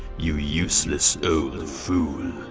you useless old fool.